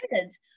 kids